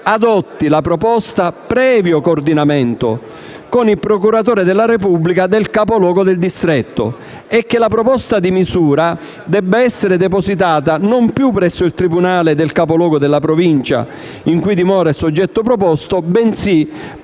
adotti la proposta previo coordinamento con il procuratore della Repubblica del capoluogo del distretto; e che la proposta di misura debba essere depositata, non più presso il tribunale del capoluogo della Provincia in cui dimora il soggetto proposto, bensì